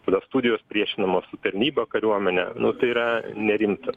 tada studijos priešinamos su tarnyba kariuomene nu tai yra nerimta